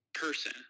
person